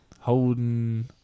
Holden